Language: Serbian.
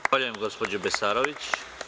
Zahvaljujem, gospođo Besarović.